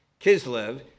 Kislev